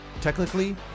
Technically